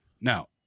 Now